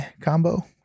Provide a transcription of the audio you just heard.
combo